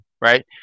right